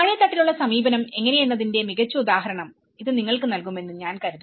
താഴേത്തട്ടിലുള്ള സമീപനം എങ്ങനെയെന്നതിന്റെ മികച്ച ഉദാഹരണം ഇത് നിങ്ങൾക്ക് നൽകുമെന്ന് ഞാൻ കരുതുന്നു